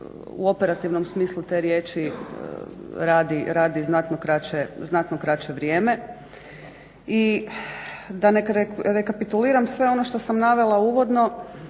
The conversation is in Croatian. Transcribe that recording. u operativnom smislu te riječi radi znatno kraće vrijeme i da ne rekapituliram sve ono što sam navela uvodno